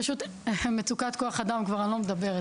פשוט מצוקת כוח אדם כבר אני לא מדברת,